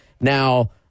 Now